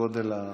גודל ההצבעה.